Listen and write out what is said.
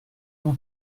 mon